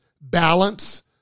balance